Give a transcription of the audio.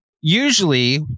usually